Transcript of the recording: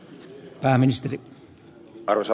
arvoisa puhemies